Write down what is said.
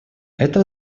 это